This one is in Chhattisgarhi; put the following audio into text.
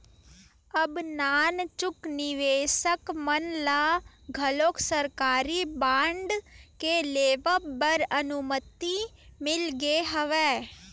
अब नानचुक निवेसक मन ल घलोक सरकारी बांड के लेवब बर अनुमति मिल गे हवय